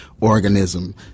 Organism